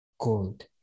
gold